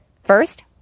First